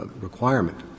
requirement